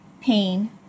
pain